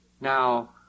Now